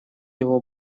его